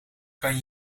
kan